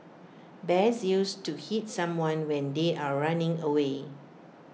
best used to hit someone when they are running away